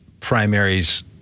Primaries